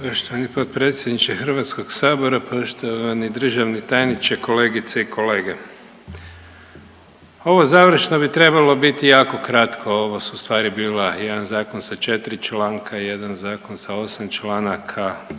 Poštovani potpredsjedniče Hrvatskog sabora, poštovani državni tajniče, kolegice i kolege, ovo završno bi trebalo biti jako kratko ovo su u stvari bila jedan zakon sa 4 članka i jedan zakon sa 8 članaka